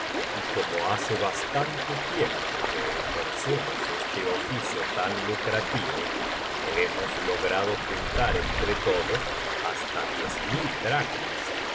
y como hace bastante tiempo que ejercemos este oficio tan lucrativo hemos logrado juntar entre todos hasta diez mil dracmas